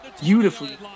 Beautifully